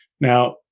Now